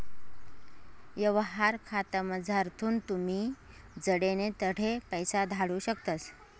यवहार खातामझारथून तुमी जडे नै तठे पैसा धाडू शकतस